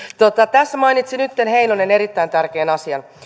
tässä edustaja heinonen mainitsi nytten erittäin tärkeän asian